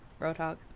roadhog